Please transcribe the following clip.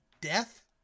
Death